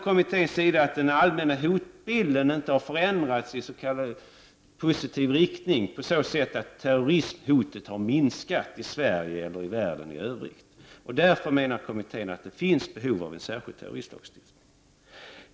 Kommittén anser att den allmänna hotbilden inte har förändratsis.k. positiv riktning på så sätt att terroristhotet har minskat i Sverige eller i världen i övrigt. Därför menar alltså kommittén att det finns behov av en särskild terroristlagstiftning.